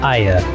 Aya